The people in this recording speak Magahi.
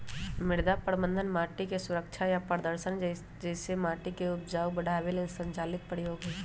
मृदा प्रबन्धन माटिके सुरक्षा आ प्रदर्शन जइसे माटिके उपजाऊ बढ़ाबे लेल संचालित प्रयोग हई